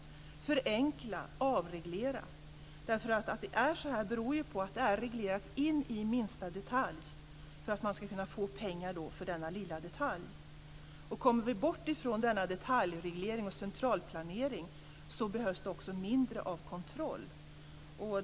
Jag vill förenkla och avreglera. Att det är så här beror ju på att det är reglerat in i minsta detalj för att man ska kunna få pengar för just denna lilla detalj. Om vi kommer bort från denna detaljreglering och centralplanering behövs det också mindre av kontroll.